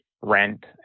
rent